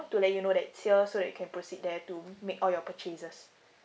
to let you know that is here so that you can proceed there to make all your purchases